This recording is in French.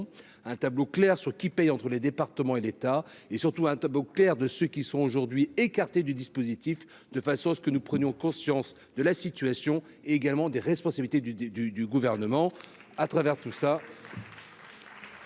un tableau clair ceux qui payent entre les départements et l'État, et surtout un tableau clair de ceux qui sont aujourd'hui écartés du dispositif de façon à ce que nous prenions conscience de la situation également des responsabilités du du du du gouvernement